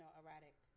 erratic